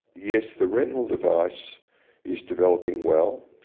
yes, the retinal device is developing well,